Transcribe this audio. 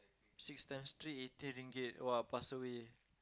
six times three eighteen Ringgit !wah! pass away